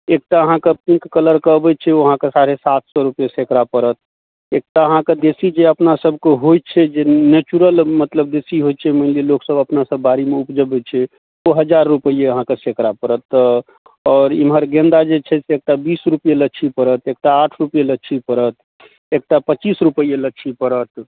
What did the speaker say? एकटा अहाँकऽ पिङ्क कलरके अबै छै ओ अहाँके साढ़े सात सौ रुपैए सैकड़ा पड़त एकटा अहाँके देसी जे अपनासबके होइ छै जे नेचुरल मतलब देसी होइ छै बेसी लोकसब अपनेसँ बाड़ीमे उपजाबै छै ओ हजार रुपैए अहाँके सैकड़ा पड़त तऽ एम्हर गेन्दा जे छै से बीस रुपैए लच्छी पड़त एकटा आठ रुपैए लच्छी पड़त एकटा पचीस रुपैए लच्छी पड़त